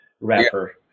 rapper